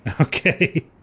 Okay